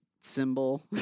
symbol